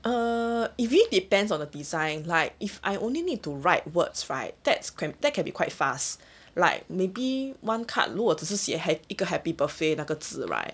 uh it really depends on the design like if I only need to write words right that's cram~ that can be quite fast like maybe one card 如果只是写 hap~ happy birthday 那个字 right